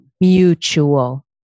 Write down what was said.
Mutual